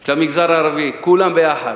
של המגזר הערבי, כולם יחד,